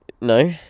No